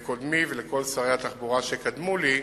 הודיתי לקודמי ולכל שרי התחבורה שקדמו לי,